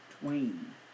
twain